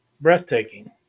breathtaking